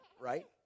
right